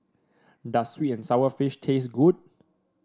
does sweet and sour fish taste good